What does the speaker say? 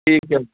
ਠੀਕ ਆ ਜੀ